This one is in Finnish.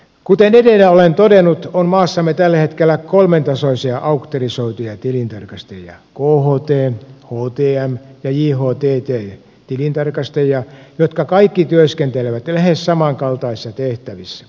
kuten edellä olen todennut on maassamme tällä hetkellä kolmen tasoisia auktorisoituja tilintarkastajia kht htm ja jhtt tilintarkastajia jotka kaikki työskentelevät lähes samankaltaisissa tehtävissä